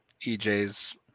EJ's